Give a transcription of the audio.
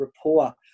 rapport